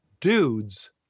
Dudes